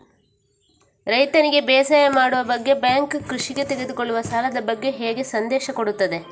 ರೈತನಿಗೆ ಬೇಸಾಯ ಮಾಡುವ ಬಗ್ಗೆ ಬ್ಯಾಂಕ್ ಕೃಷಿಗೆ ತೆಗೆದುಕೊಳ್ಳುವ ಸಾಲದ ಬಗ್ಗೆ ಹೇಗೆ ಸಂದೇಶ ಕೊಡುತ್ತದೆ?